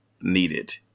needed